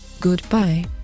Goodbye